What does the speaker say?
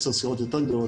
עשר סירות יותר גדולות,